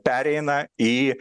pereina į